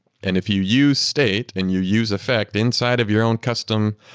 and if you use state and you use effect inside of your own custom,